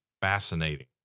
fascinating